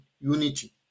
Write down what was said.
unity